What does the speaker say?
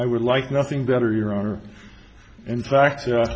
i would like nothing better your honor in fact